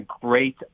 great